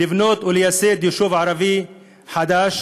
לבנות או לייסד יישוב ערבי חדש